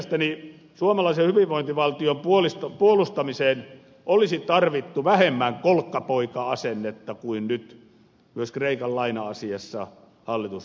mielestäni suomalaisen hyvinvointivaltion puolustamiseen olisi tarvittu vähemmän kolkkapoika asennetta kuin nyt myös kreikan laina asiassa hallitus osoitti